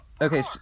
Okay